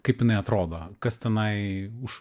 kaip jinai atrodo kas tenai už